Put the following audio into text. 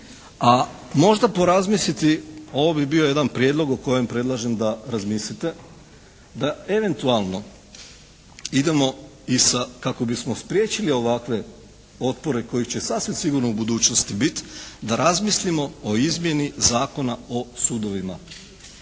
a možda porazmisliti, ovo bi bio jedan prijedlog o kojem predlažem da razmislite, da eventualno idemo i sa kako bismo spriječili ovakve otpore kojih će sasvim sigurno u budućnosti biti, da razmislimo o izmjeni Zakona o sudovima